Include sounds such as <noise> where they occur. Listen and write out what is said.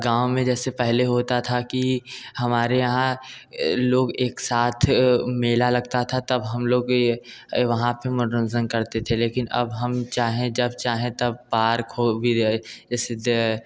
गाँव में जैसे पहले होता था कि हमारे यहाँ लोग एक साथ मेला लगता था तब हम लोग भी वहाँ पर मनोरंजन करते थे लेकिन अब हम चाहे जब चाहे तब पार्क हो <unintelligible> जैसे